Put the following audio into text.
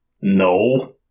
No